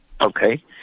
Okay